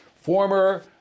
former